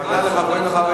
הוא פנה אל חברינו החרדים.